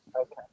Okay